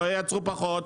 לא ייצרו פחות.